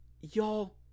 Y'all